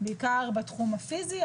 בעיקר בתחום הפיזי,